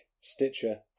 Stitcher